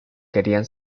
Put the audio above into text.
querían